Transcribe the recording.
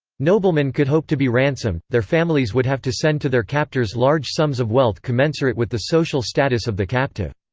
noblemen could hope to be ransomed their families would have to send to their captors large sums of wealth commensurate with the social status of the captive.